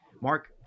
mark